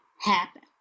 happen